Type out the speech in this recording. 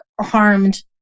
harmed